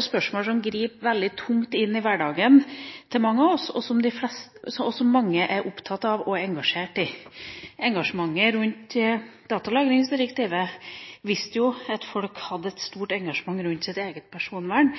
spørsmål som griper veldig tungt inn i hverdagen til mange av oss, og som mange er opptatt av og engasjert i. Engasjementet rundt datalagringsdirektivet viste at folk har et stort engasjement rundt sitt eget personvern –